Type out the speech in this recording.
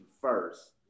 first